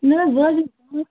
نہ حظ بہٕ حظ دِمہٕ پانٛژھ